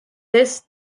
this